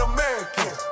American